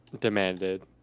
demanded